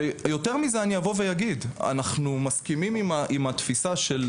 ויותר מזה אני אגיד, אנחנו מסכימים עם התפיסה של